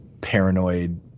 paranoid